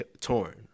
torn